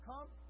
come